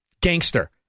gangster